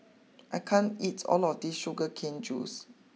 I can't eats all of this Sugar Cane juice